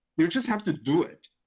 you just have to do it.